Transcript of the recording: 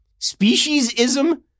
Speciesism